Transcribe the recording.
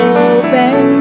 open